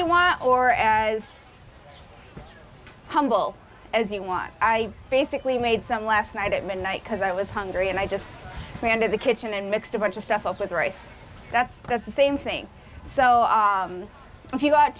you want or as humble as you want i basically made some last night at midnight because i was hungry and i just ran to the kitchen and mixed a bunch of stuff up with rice that's that's the same thing so if you go out